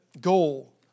goal